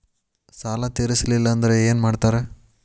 ಸಾಲ ತೇರಿಸಲಿಲ್ಲ ಅಂದ್ರೆ ಏನು ಮಾಡ್ತಾರಾ?